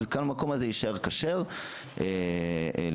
אז כאן המקום הזה יישאר כשר לפי --- אמרתי: